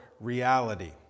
reality